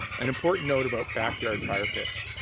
an important note about backyard fire pits,